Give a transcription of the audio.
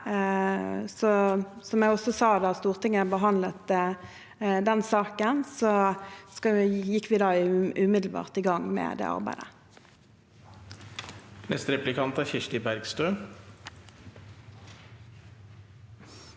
Som jeg også sa da Stortinget behandlet den saken, gikk vi da umiddelbart i gang med det arbeidet. Kirsti Bergstø